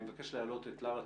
אני מבקש להעלות את לרה צינמן,